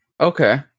Okay